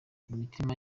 imitima